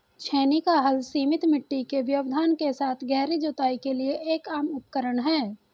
छेनी का हल सीमित मिट्टी के व्यवधान के साथ गहरी जुताई के लिए एक आम उपकरण है